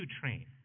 train